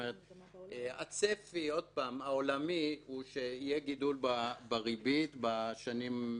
הצפי העולמי שיהיה גידול בריבית בתקופה הקרובה.